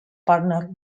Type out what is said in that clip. partner